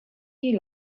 you